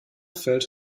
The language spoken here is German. fällt